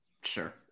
Sure